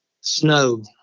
snow